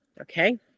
okay